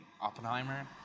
Oppenheimer